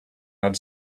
had